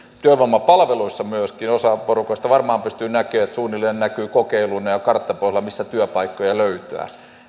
työvoimapalveluissa osa porukoista varmaan pystyy näkemään että suunnilleen näkyy kokeiluna ja karttapuolella mistä työpaikkoja löytää